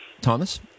Thomas